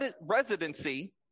residency